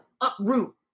uproot